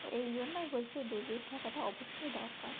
তো এই জন্যই বলছি দূরবীন থাকাটা অবশ্যই দরকার